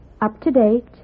up-to-date